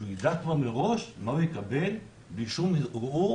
ידע כבר מראש מה הוא יקבל בלי שום ערעור